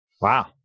Wow